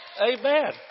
Amen